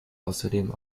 außerdem